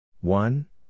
one